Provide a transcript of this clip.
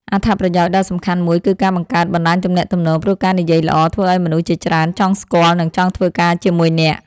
អត្ថប្រយោជន៍ដ៏សំខាន់មួយគឺការបង្កើតបណ្ដាញទំនាក់ទំនង ព្រោះការនិយាយល្អធ្វើឱ្យមនុស្សជាច្រើនចង់ស្គាល់ និងចង់ធ្វើការជាមួយអ្នក។